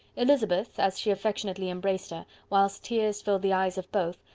elizabeth, as she affectionately embraced her, whilst tears filled the eyes of both,